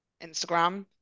Instagram